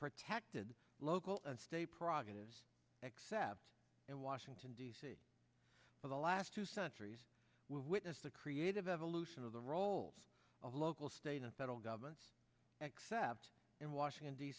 protected local and state provinces except in washington d c for the last two centuries we witnessed the creative evolution of the roles of local state and federal governments except in washington d